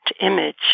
image